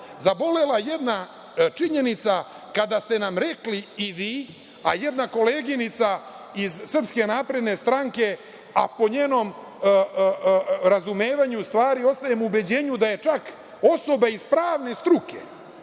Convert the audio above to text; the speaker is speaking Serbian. zabolela jedna činjenica kada ste nam rekli i vi, a i jedna koleginica iz SNS-a, a po njenom razumevanju stvari ostajem u ubeđenju da je čak osoba iz pravne struke